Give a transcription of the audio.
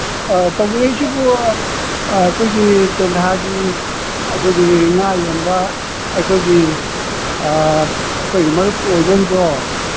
ꯑ ꯇꯧꯕꯤꯔꯛꯏꯁꯤꯕꯨ ꯑꯩꯈꯣꯏꯒꯤ ꯇꯦꯟꯊꯥꯒꯤ ꯑꯩꯈꯣꯏꯒꯤ ꯉꯥ ꯌꯣꯟꯕ ꯑꯩꯈꯣꯏꯒꯤ ꯑꯩꯈꯣꯏꯒꯤ ꯃꯔꯨꯞꯇꯣ ꯑꯣꯏꯗꯣꯏ ꯅꯠꯇ꯭ꯔꯣ